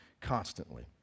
constantly